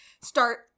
start